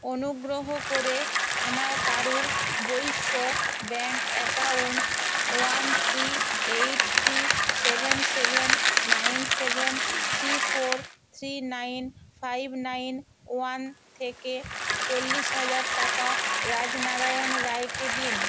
অনুগ্রহ করে আমার Karur Vysya bank account one three eight three seven seven nine seven three four three nine five nine one থেকে চল্লিশ হাজার টাকা রাজনারায়ণ রায়কে দিন